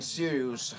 serious